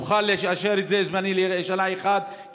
נוכל לאשר את זה זמנית לשנה אחת,